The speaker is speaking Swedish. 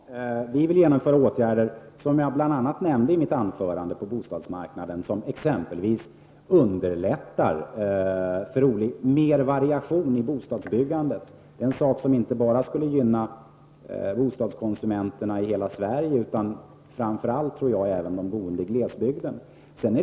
Herr talman! Till Agne Hansson vill jag säga att vi moderater, som jag nämnde i mitt anförande, vill vidta åtgärder på bostadsmarknaden, som ex empelvis underlättar mer variation när det gäller bostadsbyggandet. Det är något som inte bara skulle gynna bostadskonsumenterna i hela Sverige utan framför allt de boende i glesbygden.